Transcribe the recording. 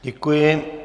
Děkuji.